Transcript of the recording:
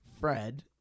Fred